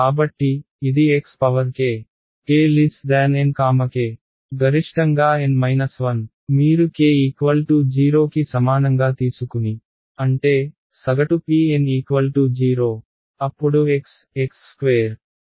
కాబట్టి ఇది xkkn k గరిష్టంగా N 1 మీరు k0 కి సమానంగా తీసుకుని అంటే సగటు pN 0 అప్పుడు x x2